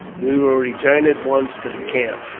we will return at once to the camp.